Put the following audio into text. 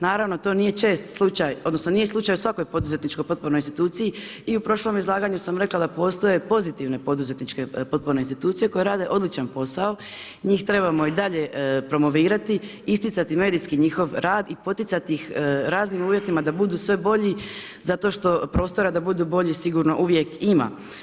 Naravno, to nije čest slučaj, odnosno slučaj u svakoj poduzetničko-potpornoj instituticiji i u prošlome izlaganju sam rekla da postoje pozitivne poduzetničke potporne institucije koje rade odličan posao, njih trebamo i dalje promovirati, isticati medijski njihov rad i poticati ih raznim uvjetima da budu sve bolji zato što prostora da budu bolji sigurno uvijek ima.